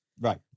Right